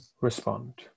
respond